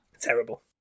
Terrible